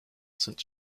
saint